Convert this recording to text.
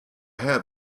had